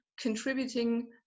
contributing